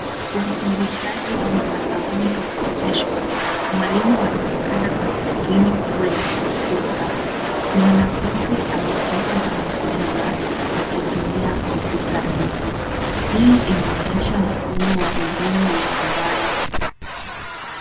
Ufundishaji wa mtandaoni unaonyeshwa. Mwalimu anaonekana kwenye skrini kubwa ya kompyuta. Mwanafunzi ameketi kwenye meza, akitumia kompyuta ndogo. Hii inaonyesha mfumo wa elimu ya mbali.